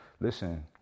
Listen